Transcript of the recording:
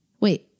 Wait